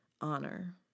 honor